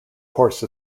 course